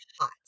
hot